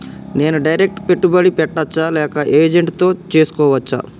నేను డైరెక్ట్ పెట్టుబడి పెట్టచ్చా లేక ఏజెంట్ తో చేస్కోవచ్చా?